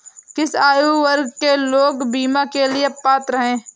किस आयु वर्ग के लोग बीमा के लिए पात्र हैं?